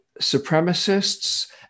supremacists